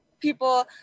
people